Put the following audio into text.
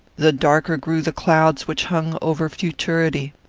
the darker grew the clouds which hung over futurity.